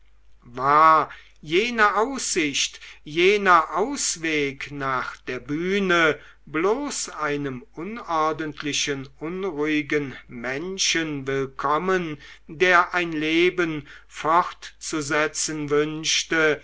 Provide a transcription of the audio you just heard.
war jene aussicht jener ausweg nach der bühne bloß einem unordentlichen unruhigen menschen willkommen der ein leben fortzusetzen wünschte